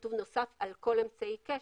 כתוב נוסף על כל אמצעי קשר.